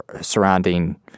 surrounding